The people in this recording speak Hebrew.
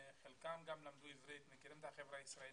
חלקם למדו עברית, הם מכירים את החברה הישראלית,